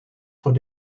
voor